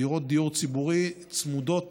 דירות דיור ציבורי צמודות